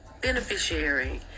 beneficiary